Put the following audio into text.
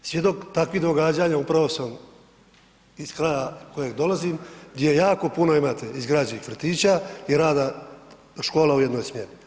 Svjedok takvih događanja upravo sam iz kraja iz kojeg dolazim gdje jako puno imate izgrađenih vrtića i rada škola u jednom smjeni.